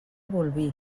bolvir